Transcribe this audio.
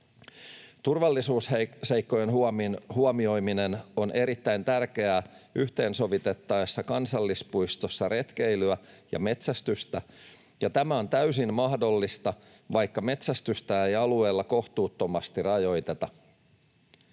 Turvallisuusseikkojen huomioiminen on erittäin tärkeää yhteensovitettaessa kansallispuistossa retkeilyä ja metsästystä. Tämä on täysin mahdollista, vaikka metsästystä ei alueella kohtuuttomasti rajoiteta.